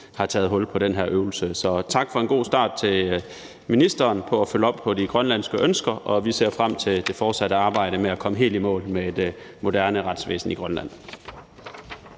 har taget hul på den her øvelse. Så tak til ministeren for en god start i forhold til at følge op på de grønlandske ønsker. Og vi ser frem til det fortsatte arbejde med at komme helt i mål med det moderne retsvæsen i Grønland.